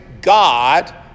God